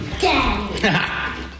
Daddy